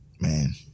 Man